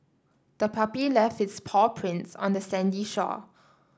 the puppy left its paw prints on the sandy shore